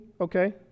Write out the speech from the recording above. okay